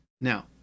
Now